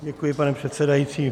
Děkuji, pane předsedající.